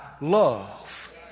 love